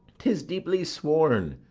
tis deeply sworn.